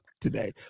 today